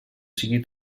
sigui